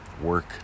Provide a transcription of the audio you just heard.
work